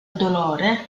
dolore